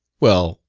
well,